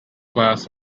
class